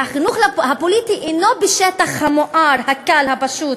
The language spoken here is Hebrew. והחינוך הפוליטי אינו בשטח המואר, הקל, הפשוט,